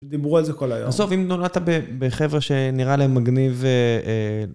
שדיברו על זה כל היום. בסוף, אם נולדת בחברה שנראה להם מגניב...